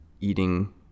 eating